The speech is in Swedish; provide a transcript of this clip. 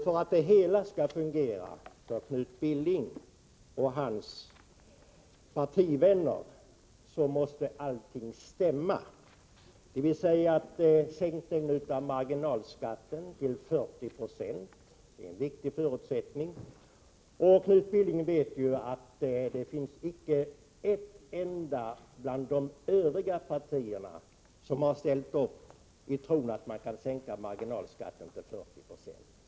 För att det hela skall fungera för Knut Billing och hans partivänner, måste allting stämma. En sänkning av marginalskatten till 40 90 är då en viktig förutsättning. Knut Billing vet ju att det inte finns något enda bland de övriga partierna som har ställt upp på att man kan sänka marginalskatten till 40 96.